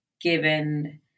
given